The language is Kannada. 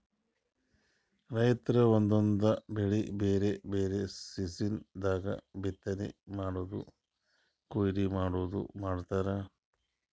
ರೈತರ್ ಒಂದೊಂದ್ ಬೆಳಿ ಬ್ಯಾರೆ ಬ್ಯಾರೆ ಸೀಸನ್ ದಾಗ್ ಬಿತ್ತನೆ ಮಾಡದು ಕೊಯ್ಲಿ ಮಾಡದು ಮಾಡ್ತಾರ್